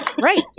Right